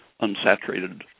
unsaturated